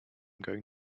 going